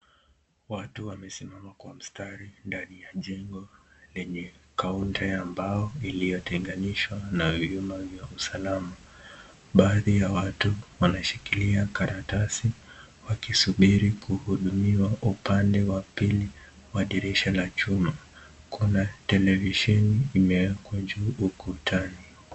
Watu wamesimama kwa mstari ndani ya jengo lenye kaunta ya mbao iliyotenganishwa na vyuma vya baadhi ya watu wameshikilia karatasi wakisubiri kuhudumiwa upande wa pili wa dirisha la chuma, kuna televisheni imewekwa juu ukutani.